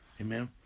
Amen